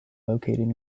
located